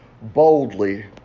Boldly